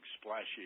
splashy